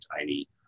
tiny